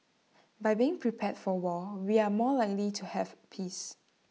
by being prepared for war we are more likely to have peace